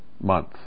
month